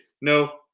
no